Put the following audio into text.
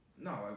No